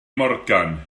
morgan